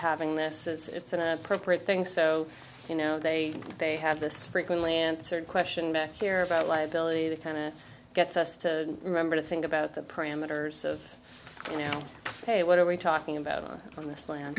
having this it's an appropriate thing so you know they they have this frequently answered question here about liability that kind of gets us to remember to think about the parameters of now ok what are we talking about on this plan